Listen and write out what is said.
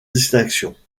distinctions